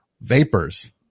vapors